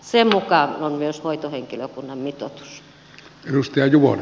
sen mukaan on myös hoitohenkilökunnan mitoitus